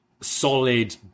solid